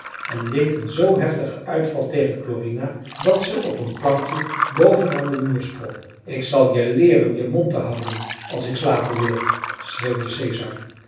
en deed een zoo heftigen uitval tegen klorina dat ze op een plankje boven aan den muur sprong ik zal je leeren je mond te houden als ik slapen wil